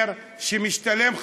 אומר שמשתלם,